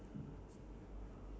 ya next question